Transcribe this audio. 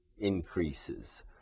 increases